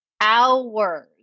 hours